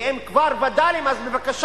ואם כבר וד"לים, אז בבקשה,